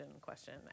question